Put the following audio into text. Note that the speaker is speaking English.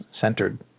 centered